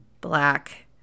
black